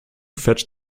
fetched